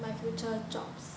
my future jobs